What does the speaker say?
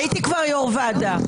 כבר הייתי יושבת-ראש ועדה.